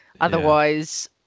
Otherwise